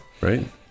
right